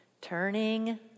Turning